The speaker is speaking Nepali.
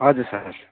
हजुर सर